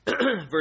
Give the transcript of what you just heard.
Verse